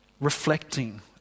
Reflecting